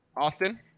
austin